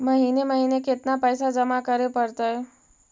महिने महिने केतना पैसा जमा करे पड़तै?